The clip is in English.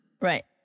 Right